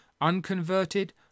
Unconverted